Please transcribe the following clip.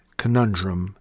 conundrum